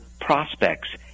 prospects